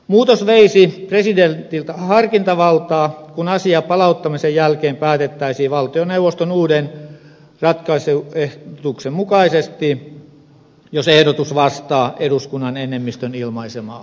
muutos veisi presidentiltä harkintavaltaa kun asia palauttamisen jälkeen päätettäisiin valtioneuvoston uuden ratkaisuehdotuksen mukaisesti jos ehdotus vastaa eduskun nan enemmistön ilmaisemaa kantaa asiassa